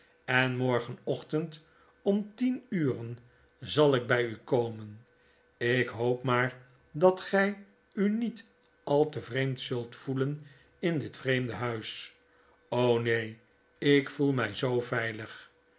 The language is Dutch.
en morgenochtend om tien uren zal ik bij u komen ik hoop maar dat gy u niet al te vreemd zult voelen in dit vreemde huis o neen ik voel my zoo veilig